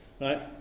right